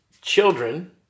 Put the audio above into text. children